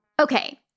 Okay